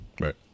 Right